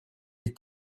des